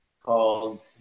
called